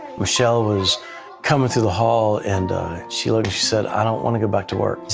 michelle was coming through the hall, and she said, i don't want to go back to work.